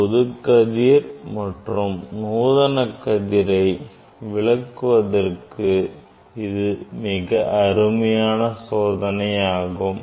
பொதுக் கதிர் மற்றும் நூதன கதிரை விளக்குவதற்கு இது மிக அருமையான சோதனையாகும்